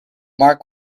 marc